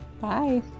Bye